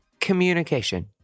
communication